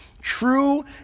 True